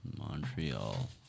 Montreal